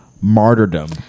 martyrdom